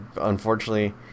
unfortunately